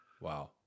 Wow